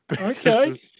Okay